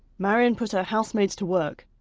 marion put her housemaids to work,